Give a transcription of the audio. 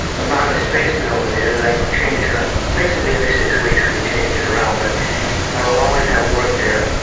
amount of space over there that i change, and um basically every six weeks we change it around. but i will always have work there.